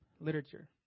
literature